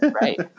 Right